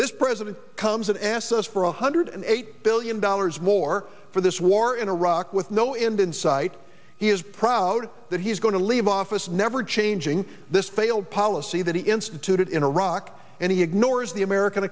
this president comes and asks us for a hundred and eight billion dollars more for this war in iraq with no end in sight he is proud that he's going to leave office now ever changing this failed policy that he instituted in iraq and he ignores the american